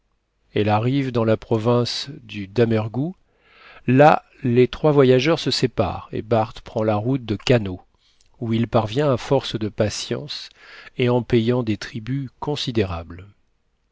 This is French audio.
elle arrive dans la province du damerghou là les trois voyageurs se séparent et barth prend la route de kano où il parvient à force de patience et en payant des tributs considérables